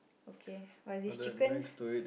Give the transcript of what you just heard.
okay what is this chickens